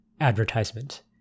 advertisement